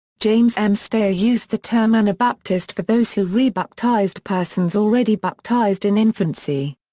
james m. stayer used the term anabaptist for those who rebaptized persons already baptized in infancy.